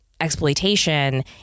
exploitation